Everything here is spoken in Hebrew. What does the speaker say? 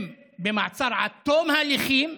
הם במעצר עד תום ההליכים,